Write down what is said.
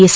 S